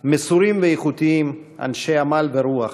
מסורים ואיכותיים, אנשי עמל ורוח.